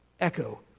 echo